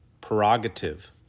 prerogative